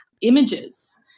images